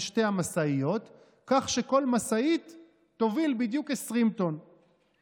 שתי המשאיות כך שכל משאית תוביל בדיוק 20 טונות .